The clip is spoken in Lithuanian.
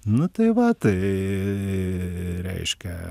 nu tai va tai reiškia